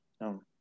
No